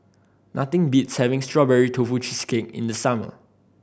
nothing beats having Strawberry Tofu Cheesecake in the summer